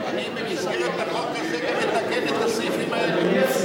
אני במסגרת החוק הזה מתקן את הסעיפים האלה.